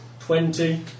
Twenty